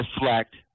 reflect